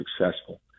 successful